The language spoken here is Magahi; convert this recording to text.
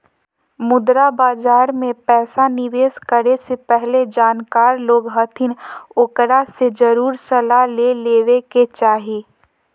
मुद्रा बाजार मे पैसा निवेश करे से पहले जानकार लोग हथिन ओकरा से जरुर सलाह ले लेवे के चाही